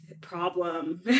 problem